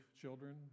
children